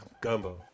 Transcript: gumbo